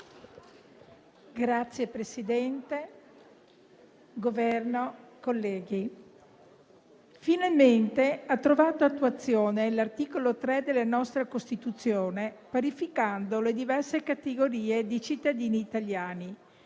rappresentante del Governo, colleghi, finalmente ha trovato attuazione l'articolo 3 della nostra Costituzione, con la parificazione delle diverse categorie di cittadini italiani.